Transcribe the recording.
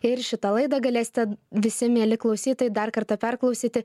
ir šitą laidą galėsite visi mieli klausytojai dar kartą perklausyti